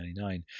1999